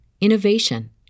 innovation